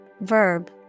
verb